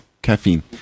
Caffeine